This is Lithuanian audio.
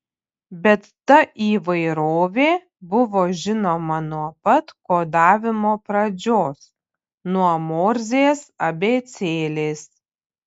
bet ta įvairovė buvo žinoma nuo pat kodavimo pradžios nuo morzės abėcėlės